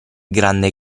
grande